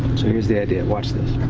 here's the idea. watch this.